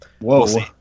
whoa